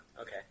Okay